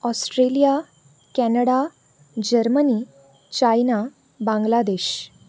Australia Canada Germany China Bangladesh